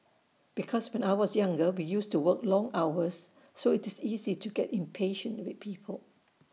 because when I was younger we used to work long hours so it's easy to get impatient with people